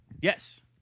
Yes